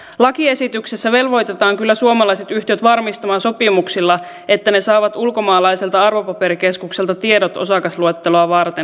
lakiesityksessä velvoitetaan kyllä suomalaiset yhtiöt varmistamaan sopimuksilla että ne saavat ulkomaalaiselta arvopaperikeskukselta tiedot osakasluetteloa varten